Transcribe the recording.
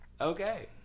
Okay